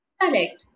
Correct